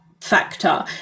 factor